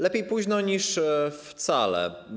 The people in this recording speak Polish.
Lepiej późno niż wcale.